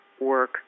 work